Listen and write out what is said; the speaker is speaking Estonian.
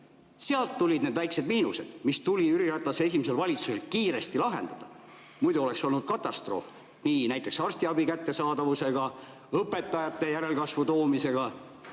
Sealt tulid need väiksed miinused, mis tuli Jüri Ratase esimesel valitsusel kiiresti lahendada. Muidu oleks olnud katastroof, näiteks arstiabi kättesaadavusega, õpetajate järelkasvu toomisega.